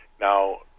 Now